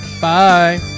Bye